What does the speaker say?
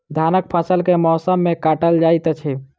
धानक फसल केँ मौसम मे काटल जाइत अछि?